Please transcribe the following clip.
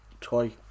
toy